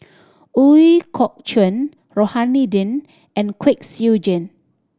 Ooi Kok Chuen Rohani Din and Kwek Siew Jin